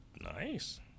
Nice